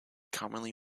commonly